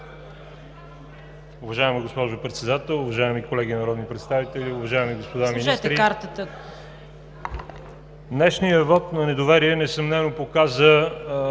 Уважаема госпожо Председател, уважаеми колеги народни представители, уважаеми господа министри! Днешният вот на недоверие несъмнено показа